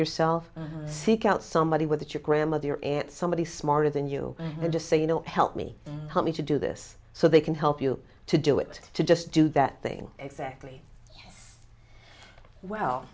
yourself seek out somebody with your grandmother your aunt somebody smarter than you and just say you know help me help me to do this so they can help you to do it to just do that thing exactly well